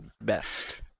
Best